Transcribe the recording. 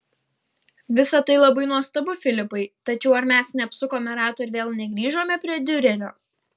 visa tai labai nuostabu filipai tačiau ar mes neapsukome rato ir vėl negrįžome prie diurerio